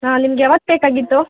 ಹಾಂ ನಿಮಗೆ ಯಾವತ್ತು ಬೇಕಾಗಿತ್ತು